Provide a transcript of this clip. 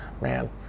Man